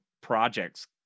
projects